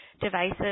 devices